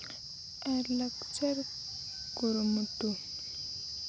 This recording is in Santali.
ᱟᱨ ᱞᱟᱠᱪᱟᱨ ᱠᱩᱨᱩᱢᱩᱴᱩ